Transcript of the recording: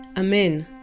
amen,